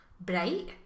bright